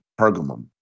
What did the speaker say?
Pergamum